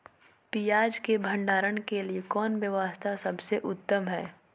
पियाज़ के भंडारण के लिए कौन व्यवस्था सबसे उत्तम है?